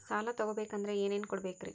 ಸಾಲ ತೊಗೋಬೇಕಂದ್ರ ಏನೇನ್ ಕೊಡಬೇಕ್ರಿ?